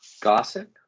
Gossip